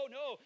no